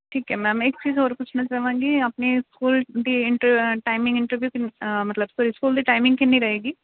ਠੀਕ ਹੈ ਮੈਮ ਇੱਕ ਚੀਜ਼ ਹੋਰ ਪੁੱਛਣਾ ਚਾਹਵਾਂਗੀ ਆਪਣੀ ਸਕੂਲ ਦੀ ਇੰਟ ਟਾਈਮਿੰਗ ਮਤਲਬ ਤੁਹਾਡੇ ਸਕੂਲ ਦੀ ਟਾਈਮਿੰਗ ਕਿੰਨੀ ਰਹੇਗੀ